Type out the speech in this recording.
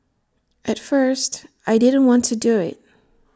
at first I didn't want to do IT